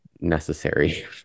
necessary